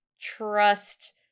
trust